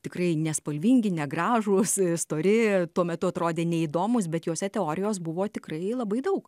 tikrai nespalvingi negražūs stori tuo metu atrodė neįdomūs bet juose teorijos buvo tikrai labai daug